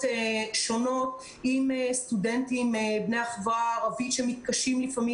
שונות; אם בסטודנטים בני החברה הערבית שמתקשים לפעמים.